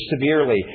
severely